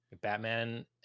batman